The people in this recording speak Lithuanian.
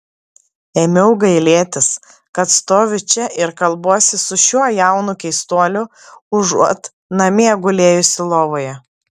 ėmiau gailėtis kad stoviu čia ir kalbuosi su šiuo jaunu keistuoliu užuot namie gulėjusi lovoje